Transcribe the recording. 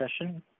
discussion